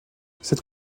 cette